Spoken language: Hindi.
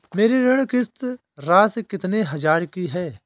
मेरी ऋण किश्त राशि कितनी हजार की है?